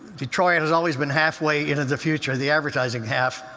detroit has always been halfway into the future the advertising half.